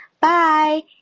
Bye